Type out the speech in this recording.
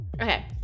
Okay